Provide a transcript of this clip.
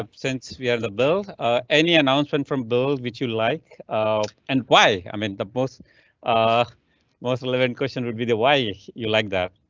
ah since we have the build any announcement from build which you like and why. i mean the most. ah also live in question would be the why you you like that?